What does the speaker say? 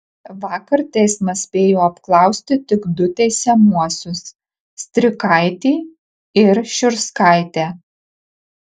vakar teismas spėjo apklausti tik du teisiamuosius strikaitį ir šiurskaitę